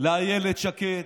לאילת שקד,